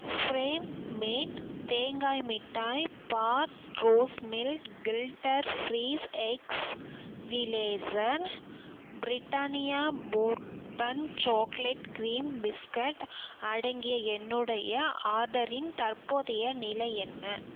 frame made தேங்காய் மிட்டாய் pop rose mill kilter freeze x relaxer Britannia bourbon chocolate cream biscuit அடங்கிய என்னுடைய ஆர்டரின் தற்போதைய நிலை என்ன